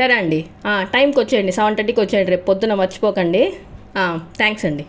సరే అండి ఆ టైంకి వచ్చేయండి సెవెన్ థర్టీ కి వచ్చేయండి రేపు పొద్దున మర్చిపోకండి ఆ థ్యాంక్స్ అండి